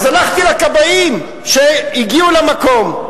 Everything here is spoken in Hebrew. אז הלכתי לכבאים שהגיעו למקום.